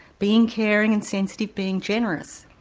being caring and sensitive, being generous.